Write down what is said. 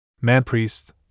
Man-priest